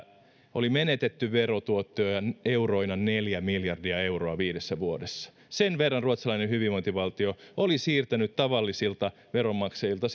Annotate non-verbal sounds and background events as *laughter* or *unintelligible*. oli menetetty verotuottoja euroina neljä miljardia euroa viidessä vuodessa sen verran ruotsalainen hyvinvointivaltio oli siirtänyt etuja tavallisilta veronmaksajilta *unintelligible*